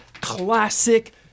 classic